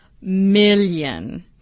million